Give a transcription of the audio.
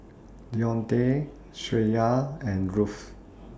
Dionte Shreya and Ruth